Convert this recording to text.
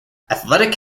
athletic